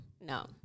No